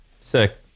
Sick